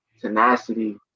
tenacity